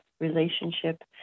relationship